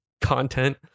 content